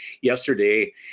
yesterday